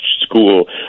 school